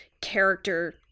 character